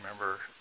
remember